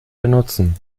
benutzen